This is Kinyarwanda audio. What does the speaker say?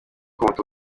umutungo